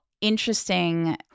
interesting